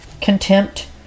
contempt